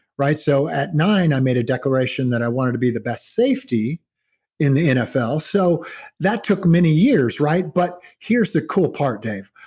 right? so at nine, i made a declaration that i wanted to be the best safety in the nfl. so that took many years, but here's the cool part, dave,